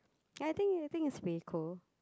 ya I think I think it's pretty cool